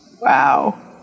Wow